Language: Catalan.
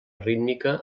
rítmica